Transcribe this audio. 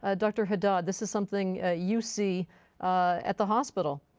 ah dr. haddad this is something you see at the hospital.